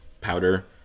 powder